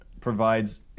provides